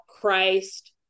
Christ